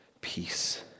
peace